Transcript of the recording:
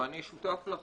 ואני שותף לך